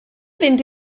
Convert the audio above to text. fynd